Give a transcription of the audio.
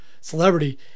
celebrity